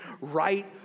right